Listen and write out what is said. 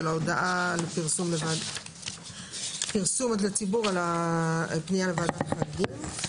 לגבי הודעה לפרסום לציבור על פנייה לוועדת חריגים.